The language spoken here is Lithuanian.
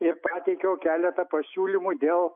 ir pateikiau keletą pasiūlymų dėl